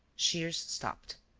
shears stopped.